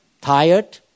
Tired